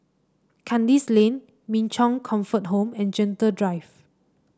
Kandis Lane Min Chong Comfort Home and Gentle Drive